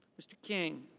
mr. king.